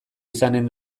izanen